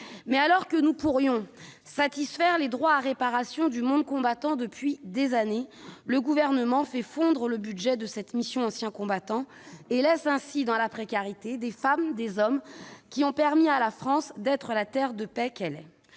dit, alors que nous pourrions satisfaire les droits à réparation du monde combattant depuis des années, le Gouvernement fait fondre le budget de la mission « Anciens combattants » et laisse ainsi dans la précarité des femmes et des hommes qui ont permis à la France d'être la terre de paix qu'elle est.